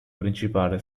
principale